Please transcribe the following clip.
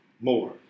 more